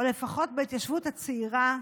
או לפחות בהתיישבות הצעירה,